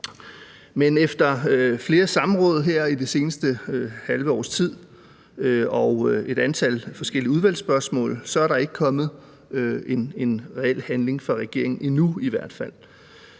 Men efter flere samråd her i det seneste halve års tid og et antal forskellige udvalgsspørgsmål er der ikke reelt blevet handlet fra regeringens side – endnu i hvert fald.